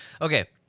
Okay